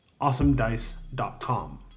awesomedice.com